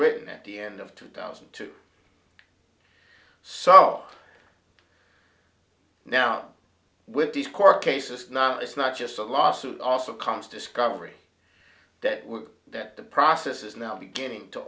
written at the end of two thousand to sum up now with these court cases now it's not just a lawsuit also comes discovery that we're that the process is now beginning to